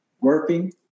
working